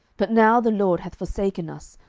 but now the lord hath forsaken us,